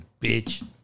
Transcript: bitch